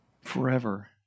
Forever